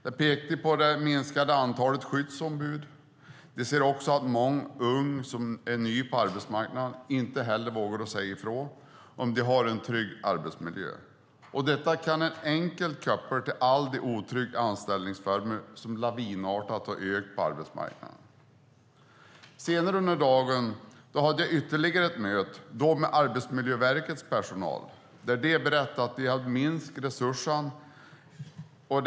De pekade på det minskade antalet skyddsombud. De ser också att många unga som är nya på arbetsmarknaden inte heller våga säga ifrån om de inte har en trygg arbetsmiljö. Detta kan enkelt kopplas till alla de otrygga anställningsformer som lavinartat har ökat på arbetsmarknaden. Senare under dagen hade jag ytterligare ett möte och då med Arbetsmiljöverkets personal. De berättade om minskade resurser.